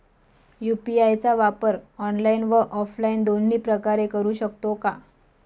UPI चा वापर online व ऑफलाईन दोन्ही प्रकारे करु शकतो का?